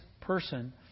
person